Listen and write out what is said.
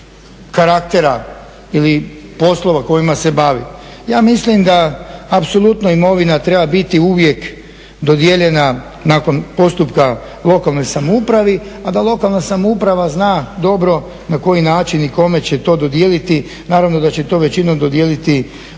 da apsolutno imovina treba biti uvijek dodijeljena nakon postupka lokalnoj samoupravi, a da lokalna samouprava zna dobro na koji način i kome će to dodijeliti, naravno da će to većinom dodijeliti onim